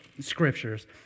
scriptures